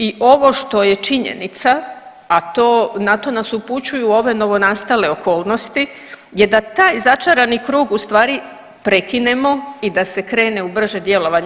I ovo što je činjenica, a to, na to nas upućuju ove novonastale okolnosti je da taj začarani krug u stvari prekinemo i da se krene u brže djelovanje.